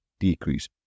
Decrease